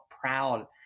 proud